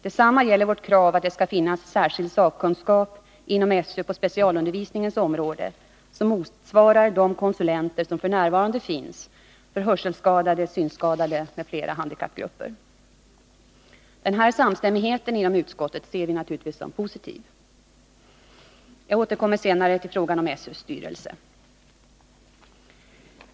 Detsamma gäller vårt krav att det skall finnas särskild sakkunskap inom SÖ på specialundervisningens område som motsvarar de konsulenter som f. n. finns för hörselskadade, synskadade m.fl. handikappgrupper. Den här samstämmigheten inom utskottet ser vi naturligtvis som något positivt. Jag återkommer senare till frågan om SÖ:s styrelse.